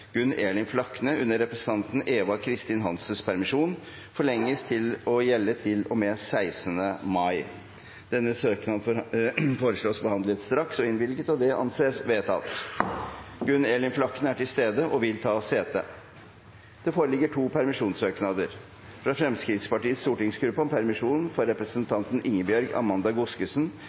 Gunn Elin Flakne , under representanten Eva Kristin Hansens permisjon, forlenges til å gjelde til og med 16. mai. Denne søknaden foreslås behandlet straks og innvilget. – Det anses vedtatt. Gunn Elin Flakne er til stede og vil ta sete. Det foreligger to permisjonssøknader: fra Fremskrittspartiets stortingsgruppe om permisjon for representanten Ingebjørg Amanda Godskesen